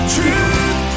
Truth